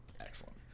Excellent